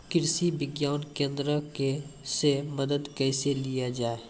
कृषि विज्ञान केन्द्रऽक से मदद कैसे लिया जाय?